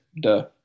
duh